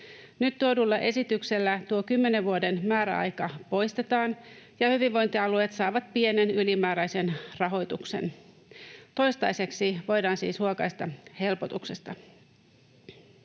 Nyt tuodulla esityksellä tuo kymmenen vuoden määräaika poistetaan ja hyvinvointialueet saavat pienen ylimääräisen rahoituksen. Toistaiseksi voidaan siis huokaista helpotuksesta.